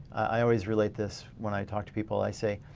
i always relate this when i talk to people i say,